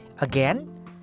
Again